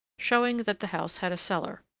showing that the house had a cellar.